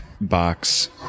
box